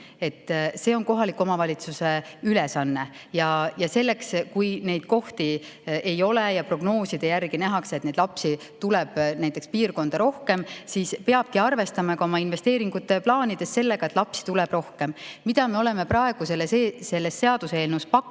See on kohaliku omavalitsuse ülesanne. Ja kui neid kohti ei ole ja prognooside järgi nähakse, et lapsi tuleb teatud piirkonda rohkem, siis peabki arvestama oma investeeringute plaanides sellega, et lapsi tuleb rohkem. Me oleme praegu selles seaduseelnõus pakkunud,